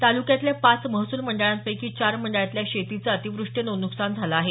तालुक्यातल्या पाच महसुल मंडळांपैकी चार मंडळांतल्या शेतीचं अतिवृष्टीनं नुकसान झालं आहे